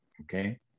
okay